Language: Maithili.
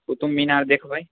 कुतुब मीनार देखबै